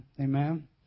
Amen